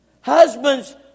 Husbands